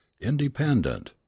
INDEPENDENT